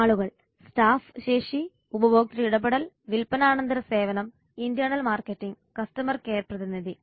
ആളുകൾ സ്റ്റാഫ് ശേഷി ഉപഭോക്തൃ ഇടപെടൽ വിൽപ്പനാനന്തര സേവനം ഇന്റേണൽ മാർക്കറ്റിംഗ് കസ്റ്റമർ കെയർ പ്രതിനിധി